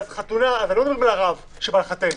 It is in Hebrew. בחתונה אני לא אומר מי הרב שבא לחתן,